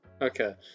Okay